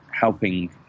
helping